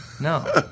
No